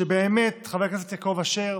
חבר הכנסת יעקב אשר,